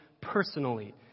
personally